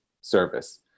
service